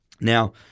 Now